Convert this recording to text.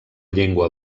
llengua